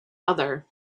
other